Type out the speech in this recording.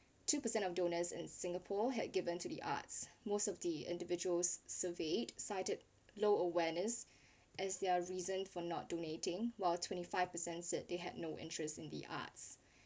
two percent of donors and singapore had given to the arts most of the individuals surveyed cited low awareness as their reason for not donating while twenty five per cent said they had no interest in the arts